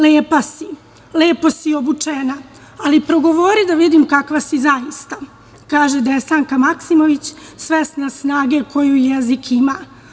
Lepa si, lepo si obučena, ali progovori da vidim kakva si zaista!“, kaže Desanka Maksimović, svesna snage koju jezik ima.